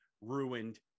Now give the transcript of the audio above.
ruined